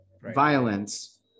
violence